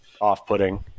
off-putting